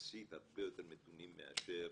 יחסית הרבה יותר מתונים מאשר